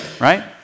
Right